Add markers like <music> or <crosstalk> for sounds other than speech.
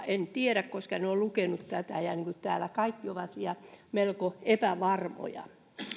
<unintelligible> en tiedä koska en ole lukenut tätä ja täällä kaikki ovat melko epävarmoja